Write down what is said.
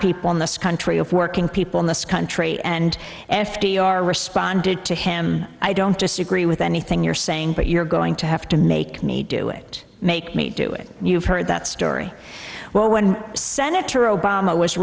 people in this country of working people in this country and f d r responded to him i don't disagree with anything you're saying but you're going to have to make me do it make me do it you've heard that story well when senator obama was